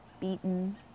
beaten